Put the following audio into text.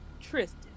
Tristan